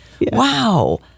Wow